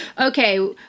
okay